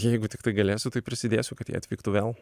jeigu tiktai galėsiu tai prisidėsiu kad jie atvyktų vėl